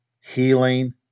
healing